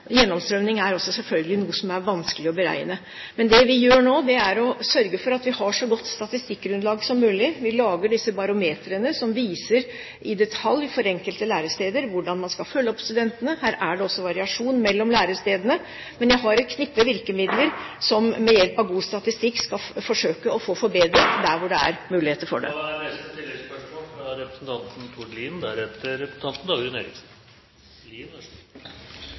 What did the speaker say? er selvsagt også noe som er vanskelig å beregne. Det vi gjør nå, er å sørge for at vi har et så godt statistikkgrunnlag som mulig. Vi lager disse barometrene, som viser i detalj for enkelte læresteder hvordan man skal følge opp studentene. Her er det også variasjon mellom lærestedene. Jeg har et knippe virkemidler, og ved hjelp av god statistikk skal vi forsøke å få forbedret det der det er mulighet for det.